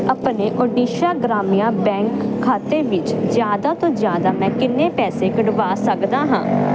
ਆਪਣੇ ਓਡੀਸ਼ਾ ਗ੍ਰਾਮਿਆ ਬੈਂਕ ਖਾਤੇ ਵਿੱਚ ਜ਼ਿਆਦਾ ਤੋਂ ਜ਼ਿਆਦਾ ਮੈਂ ਕਿੰਨੇ ਪੈਸੇ ਕਢਵਾ ਸਕਦਾ ਹਾਂ